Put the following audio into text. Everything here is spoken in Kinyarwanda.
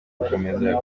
ugukomeza